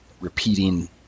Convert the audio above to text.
repeating